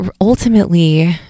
ultimately